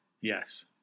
Yes